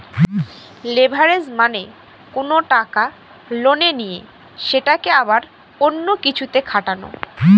leverage মানে কোনো টাকা লোনে নিয়ে সেটাকে আবার অন্য কিছুতে খাটানো